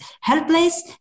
helpless